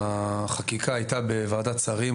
החקיקה הייתה בוועדת שרים,